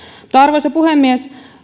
huomioida arvoisa puhemies